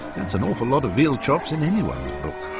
that's an awful lot of veal chops in anyone's book.